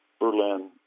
Berlin